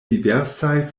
diversaj